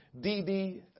dd